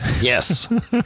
Yes